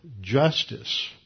justice